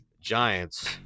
giants